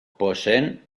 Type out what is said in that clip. poseen